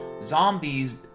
Zombies